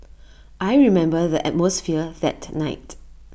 I remember the atmosphere that night